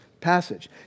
passage